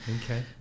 Okay